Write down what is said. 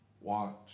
watch